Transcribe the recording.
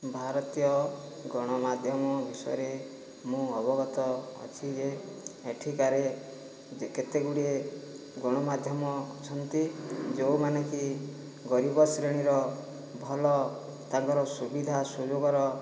ଭାରତୀୟ ଗଣମାଧ୍ୟମ ବିଷୟରେ ମୁଁ ଅବଗତ ଅଛି ଯେ ଏଠିକାରେ କେତେ ଗୁଡ଼ିଏ ଗଣମାଧ୍ୟମ ଅଛନ୍ତି ଯେଉଁମାନେକି ଗରିବ ଶ୍ରେଣୀର ଭଲ ତାଙ୍କର ସୁବିଧା ସୁଯୋଗର